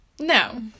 No